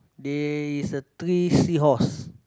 there is a three sea horse